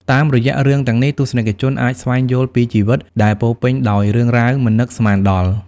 តាមរយៈរឿងទាំងនេះ ទស្សនិកជនអាចស្វែងយល់ពីជីវិតដែលពោរពេញដោយរឿងរ៉ាវមិននឹកស្មានដល់។